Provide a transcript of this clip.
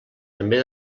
també